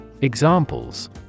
Examples